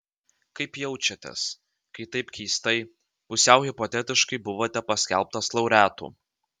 kaip jaučiatės kai taip keistai pusiau hipotetiškai buvote paskelbtas laureatu